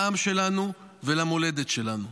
לעם שלנו ולמולדת שלנו.